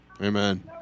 amen